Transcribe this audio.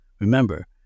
Remember